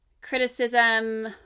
criticism